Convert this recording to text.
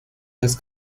las